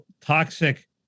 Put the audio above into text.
toxic